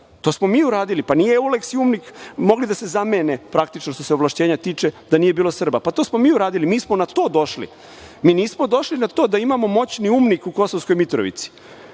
To smo mi uradili. Nisu EULEKS i UNMIK mogli da se zamene praktično što se ovlašćenja tiče da nije bilo Srba. To smo mi uradili. Mi smo na to došli. Mi nismo došli na to da imamo moćni UNMIK u Kosovskoj Mitrovici,